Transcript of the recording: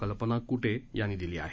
कल्पना कुटे यांनी दिली आहे